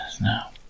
now